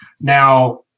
Now